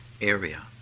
area